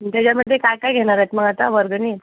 त्याच्यामधे काय काय घेणारएत मग आता वर्गणी